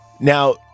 Now